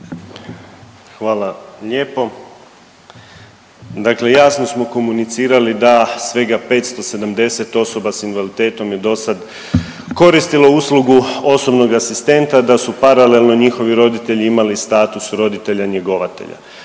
Hvala lijepo. Dakle jasno smo komunicirali da svega 570 osoba s invaliditetom je dosad koristilo uslugu osobnog asistenta, da su paralelno njihovi roditelji imali status roditelja njegovatelja.